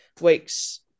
weeks